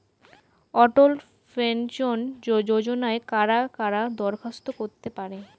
অটল pension যোজনায় কারা কারা দরখাস্ত করতে পারে?